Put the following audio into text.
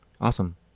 awesome